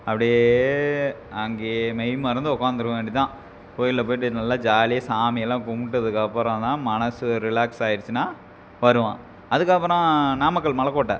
அப்படியே அங்கேயே மெய் மறந்து உட்காந்திர வேண்டி தான் கோயிலில் போய்விட்டு நல்லா ஜாலியாக சாமியெல்லாம் கும்பிட்டதுக்கப்பறம் தான் மனது ரிலாக்ஸ் ஆகிருச்சின்னா வருவோம் அதுக்கப்புறம் நாமக்கல் மலைக் கோட்டை